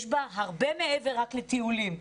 יש בה הרבה מעבר רק לטיולים.